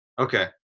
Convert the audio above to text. Okay